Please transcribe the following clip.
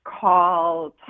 Call